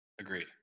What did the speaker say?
Agreed